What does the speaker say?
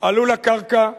עלו לקרקע בעידודה,